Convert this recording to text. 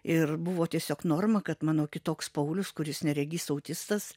ir buvo tiesiog norma kad mano kitoks paulius kuris neregys autistas